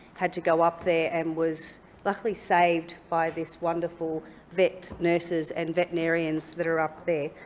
had to go up there and was luckily saved by this wonderful vet nurses and veterinarians that are up there.